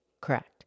Correct